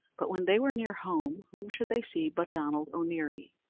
but when they were near home whom should they see but donald o'neary,